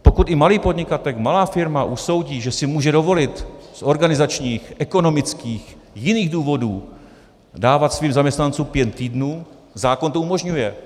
Pokud i malý podnikatel, malá firma usoudí, že si může dovolit z organizačních, ekonomických, jiných důvodů dávat svým zaměstnancům pět týdnů, zákon to umožňuje.